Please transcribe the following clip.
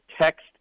text